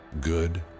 good